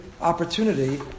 opportunity